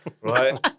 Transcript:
right